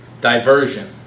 Diversion